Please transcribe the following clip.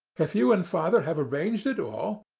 if you and father have arranged it all,